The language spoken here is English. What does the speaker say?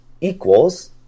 equals